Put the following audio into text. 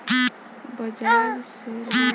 बज़ाज़ से लोन कइसे अप्लाई होई?